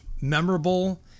memorable